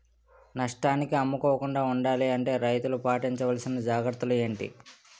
నష్టానికి అమ్ముకోకుండా ఉండాలి అంటే రైతులు పాటించవలిసిన జాగ్రత్తలు ఏంటి